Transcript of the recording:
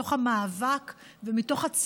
ומתוך המאבק,